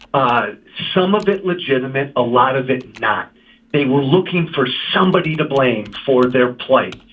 ah some of it legitimate. a lot of it not they were looking for somebody to blame for their plight.